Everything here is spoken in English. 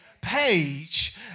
page